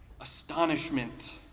astonishment